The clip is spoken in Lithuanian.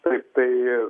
taip tai